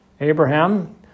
Abraham